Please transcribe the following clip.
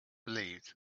believed